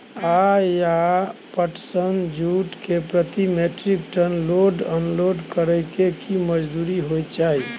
पटुआ या पटसन, जूट के प्रति metric tonne load unload करै के की मजदूरी होय चाही?